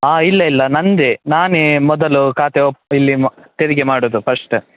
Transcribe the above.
ಹಾಂ ಇಲ್ಲ ಇಲ್ಲ ನನ್ದೆ ನಾನೆ ಮೊದಲು ಖಾತೆ ಓಪ್ ಇಲ್ಲಿ ಮ ತೆರಿಗೆ ಮಾಡೋದು ಫಸ್ಟ್